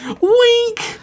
Wink